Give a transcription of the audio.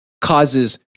causes